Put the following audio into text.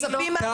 --- לא מתאים לך.